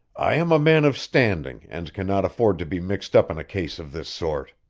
i am a man of standing and cannot afford to be mixed up in a case of this sort.